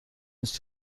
نیست